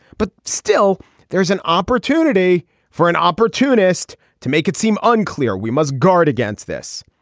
but still there is an opportunity for an opportunist to make it seem unclear we must guard against this.